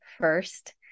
first